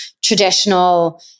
traditional